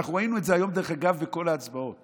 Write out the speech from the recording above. ראינו את זה היום, דרך אגב, בכל ההצבעות.